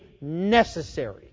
necessary